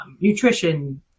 nutrition